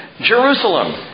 Jerusalem